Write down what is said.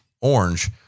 orange